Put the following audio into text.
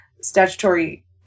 statutory